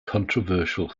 controversial